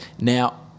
Now